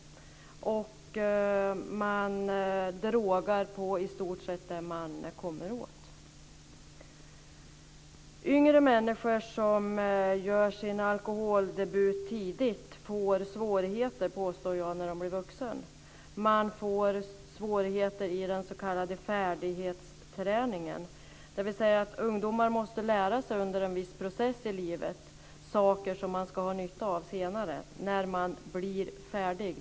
Man drogar på i stort sett det man kommer åt. Yngre människor som gör sin alkoholdebut tidigt får svårigheter, påstår jag, när de blir vuxna. De får svårigheter i den s.k. färdighetsträningen. Ungdomar måste under en viss process i livet lära sig saker som de ska ha nytta av senare, när de är färdiga.